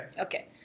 Okay